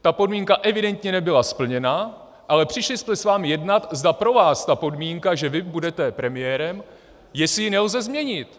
Ta podmínka evidentně nebyla splněna, ale přišli jsme s vámi jednat, zda pro vás tu podmínku, že vy budete premiérem, jestli ji nelze změnit.